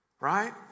right